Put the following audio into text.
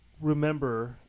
remember